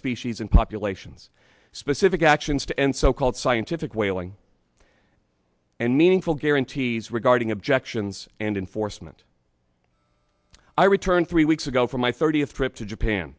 species and populations specific actions to end so called scientific whaling and meaningful guarantees regarding objections and enforcement i returned three weeks ago for my thirtieth trip to japan